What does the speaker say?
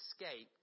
escaped